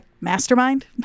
mastermind